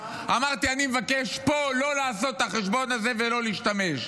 אמרתי: אני מבקש פה לא לעשות את החשבון הזה ולא להשתמש.